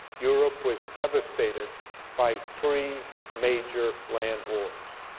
europe was devastated by three major land wars.